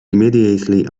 immediately